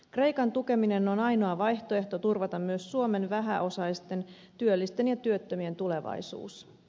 kreikan tukeminen on ainoa vaihtoehto turvata myös suomen vähäosaisten työllisten ja työttömien tulevaisuus